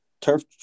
Turf